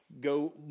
go